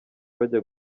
bajya